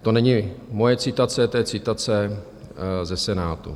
To není moje citace, to je citace ze Senátu.